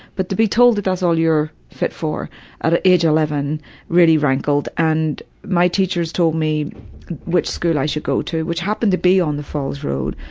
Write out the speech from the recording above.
but to be told that that's all your fit for at a age eleven really rankled, and my teachers told me which school i should go to, which happened to be on the falls road,